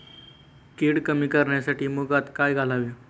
कीड कमी करण्यासाठी मुगात काय घालावे?